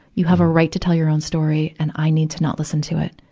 you have a right to tell your own story, and i need to not listen to it.